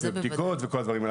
בדיקות וכל הדברים האלה,